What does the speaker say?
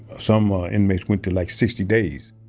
some inmates went to like sixty days.